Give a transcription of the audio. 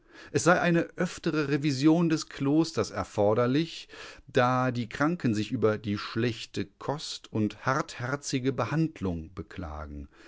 es sei eine öftere revision des klosters erforderlich da die kranken sich über die schlechte kost und hartherzige behandlung beklagen